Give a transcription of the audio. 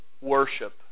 worship